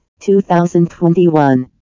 2021